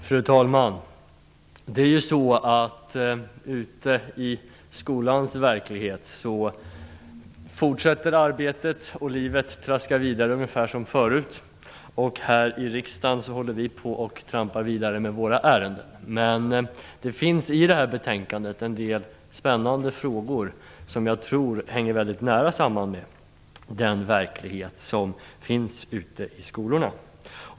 Fru talman! Ute i skolans verklighet fortsätter arbetet. Livet traskar vidare ungefär som förut. Här i riksdagen trampar vi vidare med våra ärenden. Men i det här betänkandet finns en del spännande frågor som jag tror hänger nära samman med den verklighet som finns ute på skolorna.